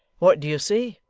what do you say